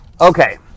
Okay